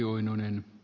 puhemies